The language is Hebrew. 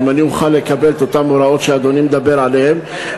אם אני אוכל לקבל את אותן הוראות שאדוני מדבר עליהן,